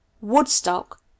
Woodstock